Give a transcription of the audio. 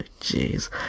Jeez